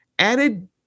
Added